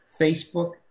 Facebook